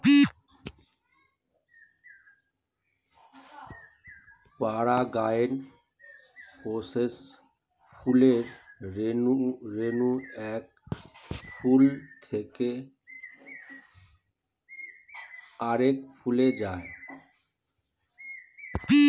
পরাগায়ন প্রসেসে ফুলের রেণু এক ফুল থেকে আরেক ফুলে যায়